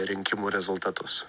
rinkimų rezultatus